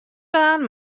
baan